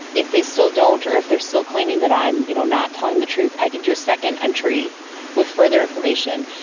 if they still don't or if they are still claiming that i'm you know not telling the truth, i can do a second entry with further information.